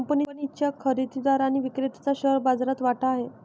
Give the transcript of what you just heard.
कंपनीच्या खरेदीदार आणि विक्रेत्याचा शेअर बाजारात वाटा आहे